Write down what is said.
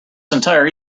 entire